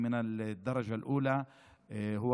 להלן תרגומם: החוק הזה הוא חוק חברתי מדרגה ראשונה,